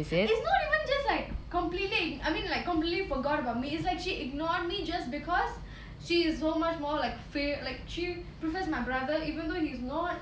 it's not even just like completely I mean like completely forgot about me is like she ignore me just because she is so much more like fav~ like she prefers my brother even though he's not